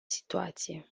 situație